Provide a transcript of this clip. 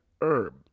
herb